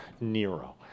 Nero